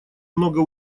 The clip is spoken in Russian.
много